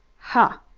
ha,